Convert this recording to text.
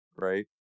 right